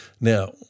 Now